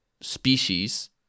species